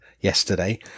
yesterday